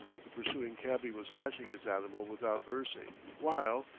the pursuing cabby was lashing his animal without mercy, while,